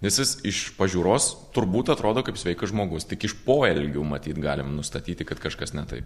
nes jis iš pažiūros turbūt atrodo kaip sveikas žmogus tik iš poelgių matyt galim nustatyti kad kažkas ne taip